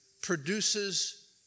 produces